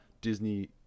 Disney